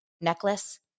necklace